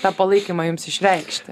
tą palaikymą jums išreikšti